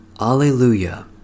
Alleluia